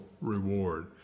reward